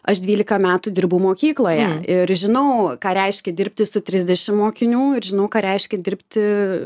aš dvylika metų dirbau mokykloje ir žinau ką reiškia dirbti su trisdešim mokinių ir žinau ką reiškia dirbti